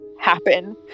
happen